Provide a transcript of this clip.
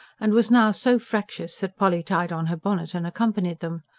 and was now so fractious that polly tied on her bonnet and accompanied them.